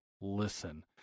listen